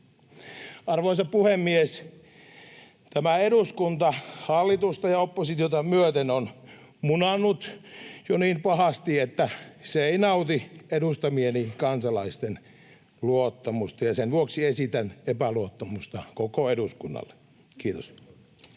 Arvoisa puhemies! Tämä eduskunta hallitusta ja oppositiota myöten on munannut jo niin pahasti, että se ei nauti edustamieni kansalaisten luottamusta, ja sen vuoksi esitän epäluottamusta koko eduskunnalle. — Kiitos.